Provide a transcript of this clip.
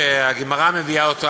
שהגמרא מביאה אותו,